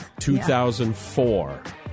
2004